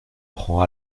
prend